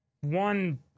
one